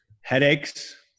Headaches